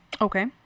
Okay